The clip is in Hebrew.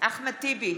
אחמד טיבי,